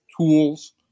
tools